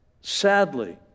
Sadly